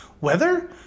Weather